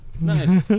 Nice